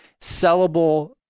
sellable